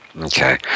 Okay